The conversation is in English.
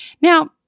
Now